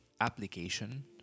application